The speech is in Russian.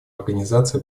организации